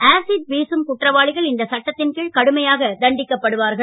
acid வீசும் குற்றவாளிகள் இந்த சட்டத்தின் கீழ் கடுமையாக தண்டிக்கப்படுவார்கள்